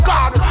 God